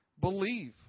believe